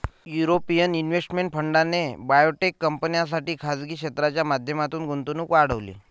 European investment फंडाने biotech कंपन्यांसाठी खासगी क्षेत्राच्या माध्यमातून गुंतवणूक वाढवली